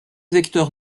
vecteur